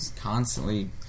constantly